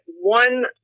one